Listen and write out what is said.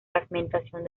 fragmentación